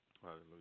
Hallelujah